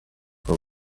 for